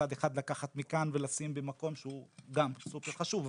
מצד אחד לקחת מכאן ולשים במקום שהוא גם סופר חשוב,